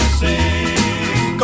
sing